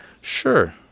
sure